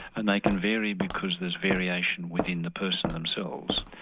and they can vary because there's variation within the person themselves.